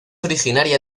originaria